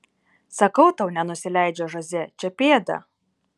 sakau tau nenusileidžia žoze čia pėda